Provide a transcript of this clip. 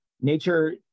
nature